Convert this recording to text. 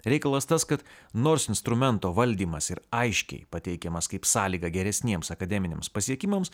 reikalas tas kad nors instrumento valdymas ir aiškiai pateikiamas kaip sąlyga geresniems akademiniams pasiekimams